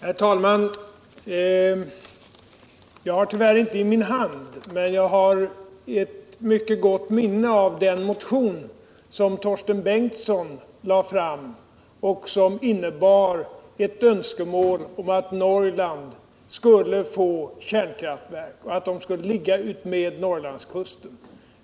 Herr talman! Jag har den tyvärr inte i min hand, men jag har ett mycket gott minne av den motion som Torsten Bengtson lade fram och som innebar ett önskemål! om att Norrland skulle få kärnkraftverk och att de skulle ligga utmed Norrlandskusten.